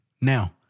Now